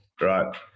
right